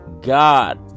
God